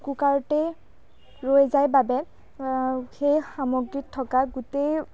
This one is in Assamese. কুকাৰতেই ৰৈ যায় বাবে সেই সামগ্ৰীত থকা গোটেই